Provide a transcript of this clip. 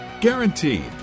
Guaranteed